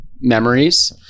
memories